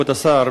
כבוד השר,